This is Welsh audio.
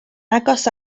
agos